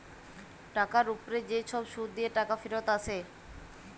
টাকার উপ্রে যে ছব সুদ দিঁয়ে টাকা ফিরত আসে